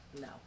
No